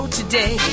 today